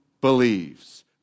believes